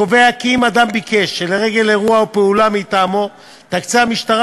קובע כי אם אדם ביקש שלרגל אירוע או פעולה מטעמו תקצה המשטרה